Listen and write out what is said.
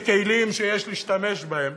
כעל כלים שיש להשתמש בהם,